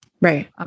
Right